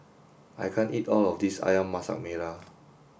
I can't eat all of this Ayam Masak Merah